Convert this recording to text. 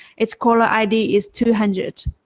its caller id is two hundred.